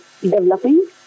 developing